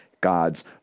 God's